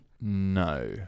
No